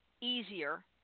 easier